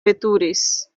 veturis